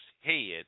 head